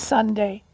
Sunday